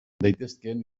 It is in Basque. daitezkeen